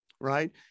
right